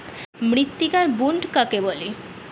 মৃত্তিকার বুনট কাকে বলে?